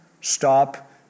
Stop